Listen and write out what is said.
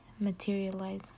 materialize